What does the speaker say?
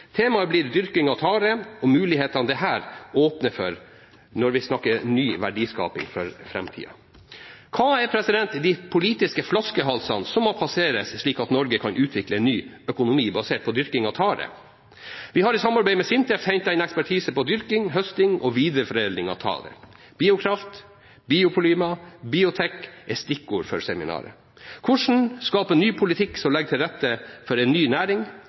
Temaet er dyrking av tare og mulighetene dette åpner for når vi snakker om ny verdiskaping for framtida. Hva er de politiske flaskehalsene som må passeres, slik at Norge kan utvikle en ny økonomi basert på dyrking av tare? Vi har i samarbeid med Sintef hentet inn ekspertise på dyrking, høsting og videreforedling av tare. Biokraft, biopolymer og biotech er stikkord for seminaret. Hvordan skape en ny politikk som legger til rette for en ny næring,